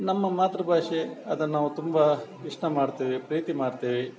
ನಮ್ಮ ಮಾತೃಭಾಷೆ ಅದನ್ನು ನಾವು ತುಂಬ ಇಷ್ಟ ಮಾಡ್ತೇವೆ ಪ್ರೀತಿ ಮಾಡ್ತೇವೆ